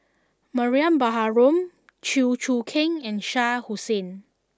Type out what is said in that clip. Mariam Baharom Chew Choo Keng and Shah Hussain